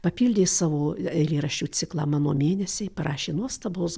papildė savo eilėraščių ciklą mano mėnesiai parašė nuostabaus